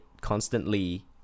constantly